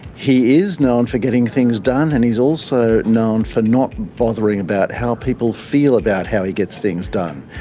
he is known for getting things done and he's also known for not bothering about how people feel about how he gets things done.